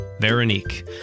veronique